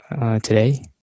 today